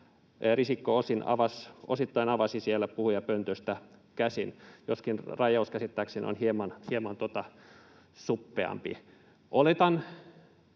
Risikko osittain avasi puhujapöntöstä käsin, joskin rajaus käsittääkseni on hieman suppeampi. Oletan,